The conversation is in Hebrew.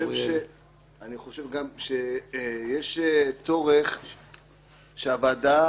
אני חושב גם שיש צורך שהוועדה